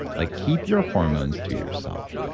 like keep your hormones to yourself,